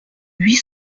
huit